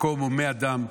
מקום הומה אדם,